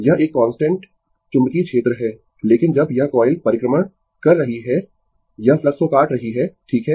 यह एक कांस्टेंट चुंबकीय क्षेत्र है लेकिन जब यह कॉइल परिक्रमण कर रही है यह फ्लक्स को काट रही है ठीक है